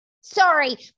Sorry